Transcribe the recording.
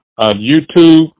YouTube